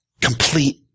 complete